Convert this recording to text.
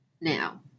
Now